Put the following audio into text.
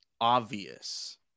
obvious